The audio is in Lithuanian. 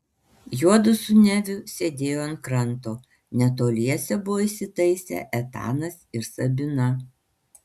juodu su neviu sėdėjo ant kranto netoliese buvo įsitaisę etanas ir sabina